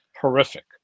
horrific